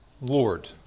Lord